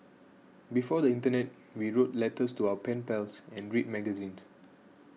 before the internet we wrote letters to our pen pals and read magazines